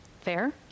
Fair